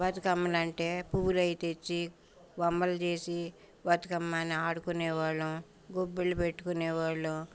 బతుకమ్మలు అంటే పువ్వులు అవి తెచ్చీ బొమ్మలు చేసి బతుకమ్మ అని ఆడుకునేవాళ్ళము గొబ్బిళ్ళు పెట్టుకునేవాళ్ళము